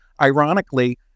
ironically